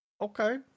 Okay